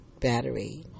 battery